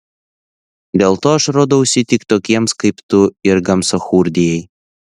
dėl to aš rodausi tik tokiems kaip tu ir gamsachurdijai